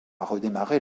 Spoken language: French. redémarrer